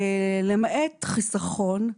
למעט חיסכון,